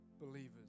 believers